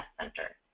Center